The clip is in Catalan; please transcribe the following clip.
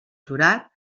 jurat